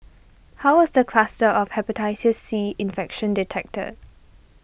how was the cluster of Hepatitis C infection detected